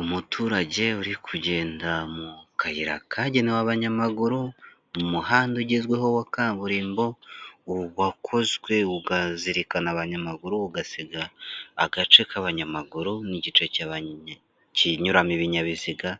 Umuturage uri kugenda mu kayira kagennewe abanyamaguru, mu muhanda ugezweho wa kaburimbo, wakozwe ukazirikana abanyamaguru, ugasiga agace k'abanyamaguru n'igice kinyuramo ibinyabiziga,